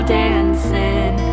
dancing